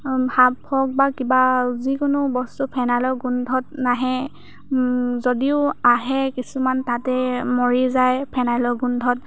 সাপ হওক বা কিবা যিকোনো বস্তু ফেনাইলৰ গোন্ধত নাহে যদিও আহে কিছুমান তাতে মৰি যায় ফেনাইলৰ গোন্ধত